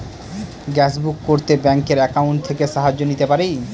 Gas book করতে ব্যাংকের account থেকে সাহায্য নিতে পারি?